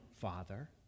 father